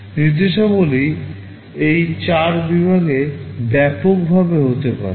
নির্দেশাবলী এই 4 বিভাগে ব্যাপকভাবে হতে পারে